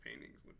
paintings